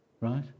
Right